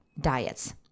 diets